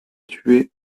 tués